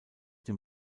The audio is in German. dem